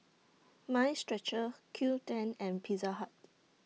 Mind Stretcher Qoo ten and Pizza Hut